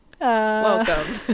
welcome